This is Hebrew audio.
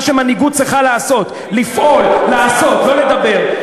מה שמנהיגות צריכה לעשות: לפעול, לעשות, לא לדבר.